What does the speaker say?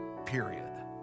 period